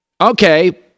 Okay